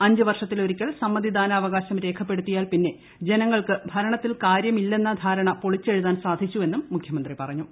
അഞ്ച് വർഷത്തിലൊരിക്കൽ സമ്മതിദാനാവകാശം രേഖപ്പെടുത്തിയാൽ പിന്നെ ജനങ്ങൾക്ക് ഭരണത്തിൽ കാര്യമില്ലെന്ന പൊളിച്ചെഴുതാൻ നാരണ സാധിച്ചുവെന്നും മുഖ്യമന്ത്രി പറഞ്ഞു